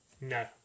No